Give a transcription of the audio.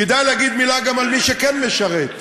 כדאי להגיד מילה גם על מי שכן משרת.